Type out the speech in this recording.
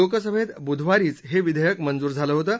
लोकसभेत बुधवारीच हे विधेयक मंजूर झालं होतं